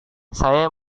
saya